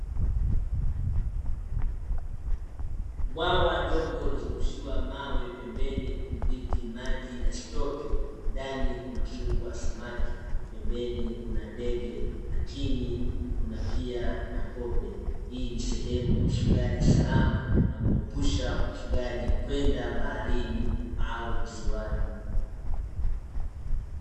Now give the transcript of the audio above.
Bwawa dogo lililozungushiwa mawe pembeni kudhibiti maji yasitoke, ndani kunafugwa samaki. Pembeni kuna ndege, lakini kuna pia na kobe. Hii nisehemu ya ufugaji salama, unaomuepusha mfugaji kwenda baharini au ziwani.